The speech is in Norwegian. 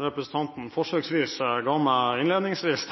representanten forsøksvis ga meg innledningsvis